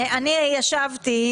אני ישבתי,